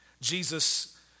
Jesus